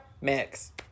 Mix